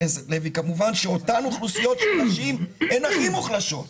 הכנסת לוי כמובן שאותן אוכלוסיות חלשות הן הכי מוחלשות,